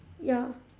ya